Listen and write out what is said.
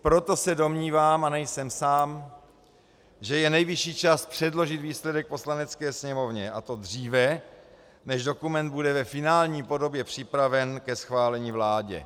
Proto se domnívám, a nejsem sám, že je nejvyšší čas předložit výsledek Poslanecké sněmovně, a to dříve, než dokument bude ve finální podobě připraven ke schválení vládě.